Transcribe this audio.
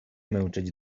męczyć